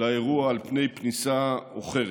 לאירוע על פני פריסה מאוחרת.